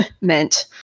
meant